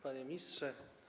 Panie Ministrze!